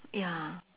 ya